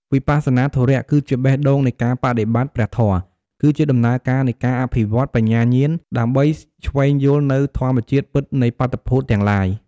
វិបស្សនាធុរៈ គឺជាបេះដូងនៃការបដិបត្តិព្រះធម៌ គឺជាដំណើរការនៃការអភិវឌ្ឍ បញ្ញាញ្ញាណដើម្បីឈ្វេងយល់នូវធម្មជាតិពិតនៃបាតុភូតទាំងឡាយ។